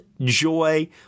joy